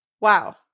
Wow